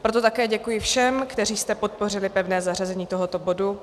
Proto také děkuji všem, kteří jste podpořili pevné zařazení tohoto bodu.